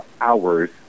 hours